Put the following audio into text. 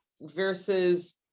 versus